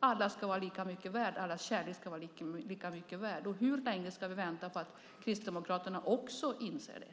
Alla ska vara lika mycket värda. Allas kärlek ska vara lika mycket värd. Hur länge ska vi vänta på att Kristdemokraterna också inser det?